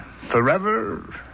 forever